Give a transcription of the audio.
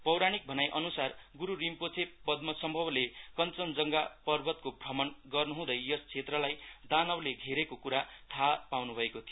पौराणीक भनाईअनुसार गुरु रिम्पोछे पदमसम्भवले कनचनजङघा पर्वतको भ्रमण गर्नुहुँदै यस क्षेत्रलाई दानवहरुले घेरेको कुरा थाहा पाउनुभएको थियो